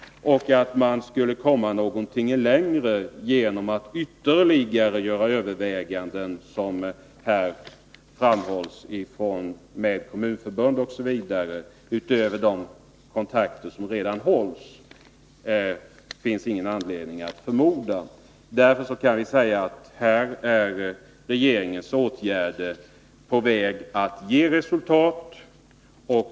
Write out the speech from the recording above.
Att man skulle komma längre genom ytterligare överläggningar, som här framhålls av reservanterna, tillsammans med Kommunförbundet och berörda industrier m.fl. utöver de kontakter man redan har, finns det ingen anledning att förmoda. Därför kan vi säga att regeringens åtgärder är på väg att ge resultat.